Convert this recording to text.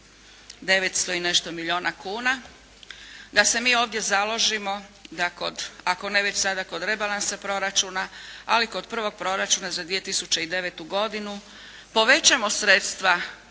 900 i nešto milijuna kuna, da se mi ovdje založimo da kod, ako ne već sada kod rebalansa proračuna, ali kod prvog proračuna za 2009. godinu povećamo sredstva